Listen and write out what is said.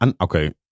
Okay